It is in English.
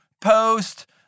post